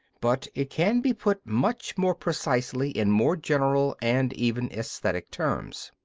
but it can be put much more precisely in more general and even aesthetic terms.